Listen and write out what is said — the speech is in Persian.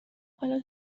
حالا